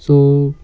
so